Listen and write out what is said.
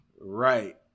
right